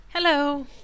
Hello